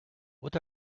what